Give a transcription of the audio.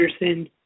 Anderson